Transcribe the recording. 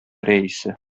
рәисе